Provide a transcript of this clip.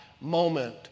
moment